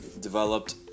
developed